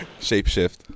shapeshift